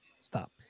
stop